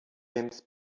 james